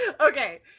Okay